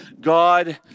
God